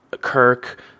kirk